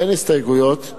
אין הסתייגויות.